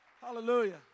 Hallelujah